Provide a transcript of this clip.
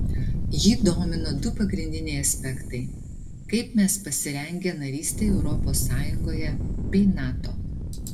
jį domino du pagrindiniai aspektai kaip mes pasirengę narystei europos sąjungoje bei nato